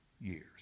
years